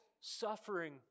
suffering